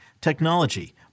technology